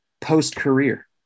post-career